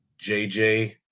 JJ